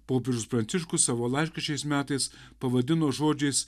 popiežius pranciškus savo laišką šiais metais pavadino žodžiais